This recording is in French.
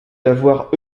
d’avoir